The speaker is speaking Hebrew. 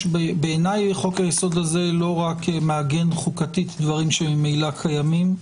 בעיניי חוק היסוד הזה לא רק מעגן חוקתית דברים שממילא קיימים.